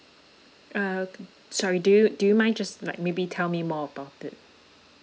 uh sorry do you do you mind just like maybe tell me more about it